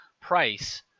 price